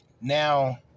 Now